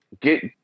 get